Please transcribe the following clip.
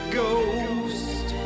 ghost